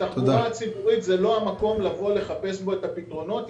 התחבורה הציבורית זה לא המקום לבוא ולחפש בו את הפתרונות.